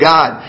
God